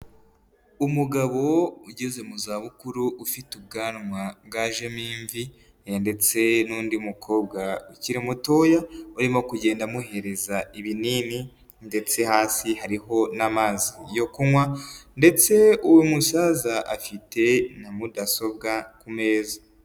Umugabo ugeze mu zabukuru, ufite ubwanwa bwajemo imvi ndetse n'undi mukobwa ukiri mutoya, urimo kugenda amuhereza ibinini ndetse hasi hariho n'amazi yo kunywa ndetse uwo musaza afite na mudasobwa ku meza.